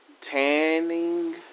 tanning